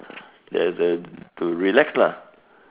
just uh to relax lah